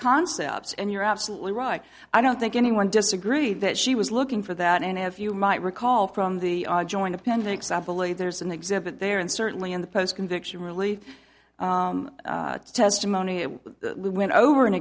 concepts and you're absolutely right i don't think anyone disagrees that she was looking for that and if you might recall from the joint appendix i believe there's an exhibit there and certainly in the post conviction relief testimony if we went over an